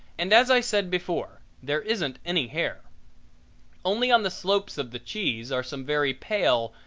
and, as i said before, there isn't any hair only on the slopes of the cheese are some very pale,